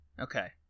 Okay